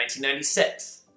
1996